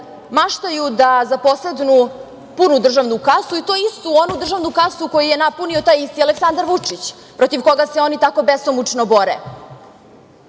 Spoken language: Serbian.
maštaju da zaposednu punu državnu kasu i to istu onu državnu kasu koju je napunio taj isti Aleksandar Vučić, protiv koga se oni tako besomučno bore,